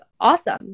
awesome